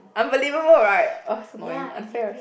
unbelievable right !ugh! so annoying unfair